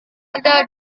ada